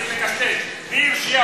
מקשקש, מי הרשיע אותו?